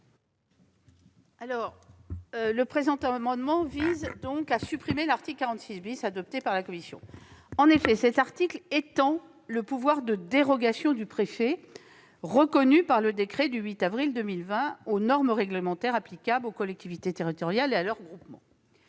Le présent amendement vise à supprimer l'article 46, adopté par la commission. En effet, cet article étend le pouvoir de dérogation du préfet, reconnu par le décret du 8 avril 2020, aux normes réglementaires applicables aux collectivités territoriales et à leurs groupements.